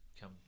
come